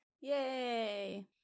Yay